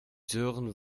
sören